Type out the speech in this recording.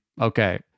Okay